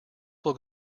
will